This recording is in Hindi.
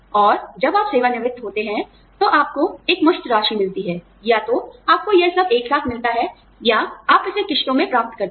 और जब आप सेवानिवृत्त होते हैं तो आपको एकमुश्त राशि मिलती है या तो आपको यह सब एक साथ मिलता है या आप इसे किश्तों में प्राप्त करते हैं